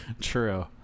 True